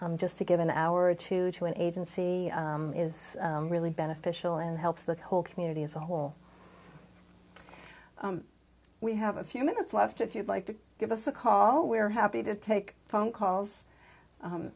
just to give an hour or two to an agency is really beneficial and helps the whole community as a whole we have a few minutes left if you'd like to give us a call we're happy to take phone calls